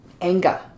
anger